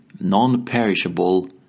non-perishable